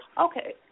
Okay